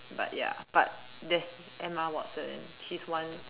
but ya but there's Emma Watson she's one